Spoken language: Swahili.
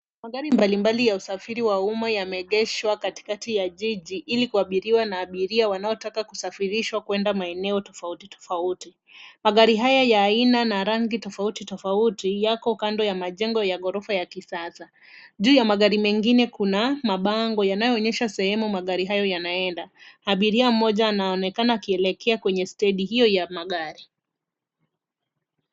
Magari mbalimbali ya usafiri wa umma yameegeshwa katikati ya jiji ili kuabiriwa na abiria wanaotaka kusafirishwa kwenda maeneo tofauti tofauti. Magari haya ya aina na rangi tofauti tofauti yako kando ya majengo ya ghorofa ya kisasa. Juu ya magari mengine kuna mabango yanayoonyesha sehemu magari hayo yanaenda. Abiria mmoja anaonekana akielekea kwenye stedi hiyo ya magari.